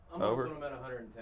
over